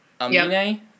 Amine